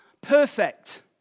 perfect